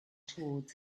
towards